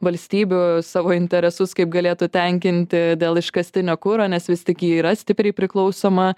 valstybių savo interesus kaip galėtų tenkinti dėl iškastinio kuro nes vis tik ji yra stipriai priklausoma